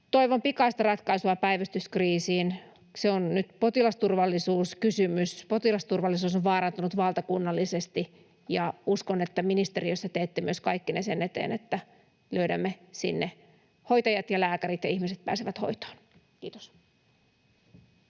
Toivon pikaista ratkaisua päivystyskriisiin. Se on nyt potilasturvallisuuskysymys. Potilasturvallisuus on vaarantunut valtakunnallisesti, ja uskon, että ministeriössä teette myös kaikkenne sen eteen, että löydämme sinne hoitajat ja lääkärit ja ihmiset pääsevät hoitoon. — Kiitos.